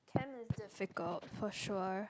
chem is difficult for sure